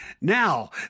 Now